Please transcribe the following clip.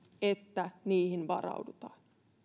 että niihin varaudutaan